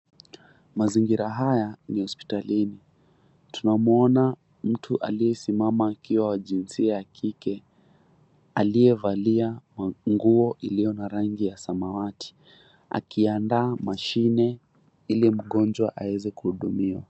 Mazingira haya ni hospitalini tunamuona mtu aliyesimama akiwa wa jinsia ya kike aliyevalia nguo iliyo na rangi ya samawati akiandaa mashine ili mgonjwa aeze kuhudumiwa.